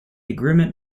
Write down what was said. agreement